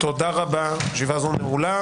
תודה רבה, ישיבה זו נעולה.